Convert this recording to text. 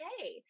okay